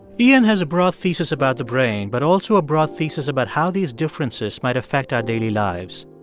iain has a broad thesis about the brain but also a broad thesis about how these differences might affect our daily lives.